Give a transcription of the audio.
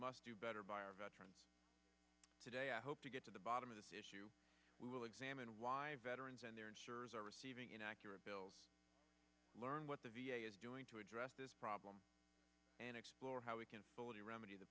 must do better by our veterans today i hope to get to the bottom of this issue will examine why veterans and their insurers are receiving inaccurate bills learn what the v a is doing to address this problem and explore how we can go to remedy the